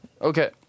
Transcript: Okay